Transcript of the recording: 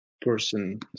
person